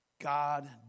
God